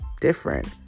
different